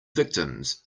victims